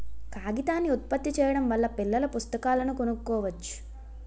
కాగితాన్ని ఉత్పత్తి చేయడం వల్ల పిల్లల పుస్తకాలను కొనుక్కోవచ్చు